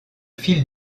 fil